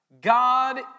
God